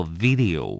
video